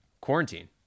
quarantine